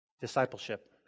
Discipleship